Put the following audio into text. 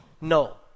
No